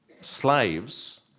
slaves